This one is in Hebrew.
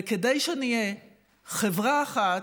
וכדי שנהיה חברה אחת,